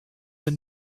and